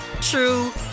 true